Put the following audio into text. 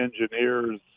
engineers